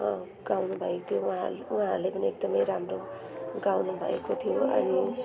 आउनुभएको थियो उहाँ उहाँहरूले पनि एकदमै राम्रो गाउनुभएको थियो अनि